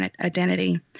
identity